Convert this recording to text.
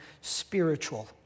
spiritual